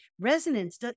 resonance